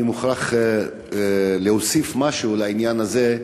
אני מוכרח להוסיף משהו בעניין הזה.